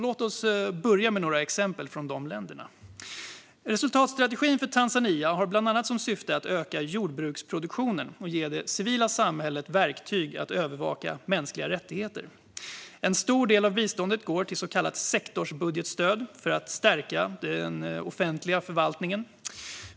Låt oss börja med några exempel från dessa länder. Resultatstrategin för Tanzania har bland annat som syfte att öka jordbruksproduktionen och ge det civila samhället verktyg för att övervaka mänskliga rättigheter. En stor del av biståndet går till så kallat sektorsbudgetstöd för att stärka den offentliga förvaltningen.